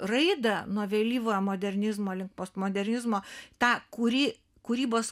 raidą nuo vėlyvojo modernizmo link postmodernizmo tą kurį kūrybos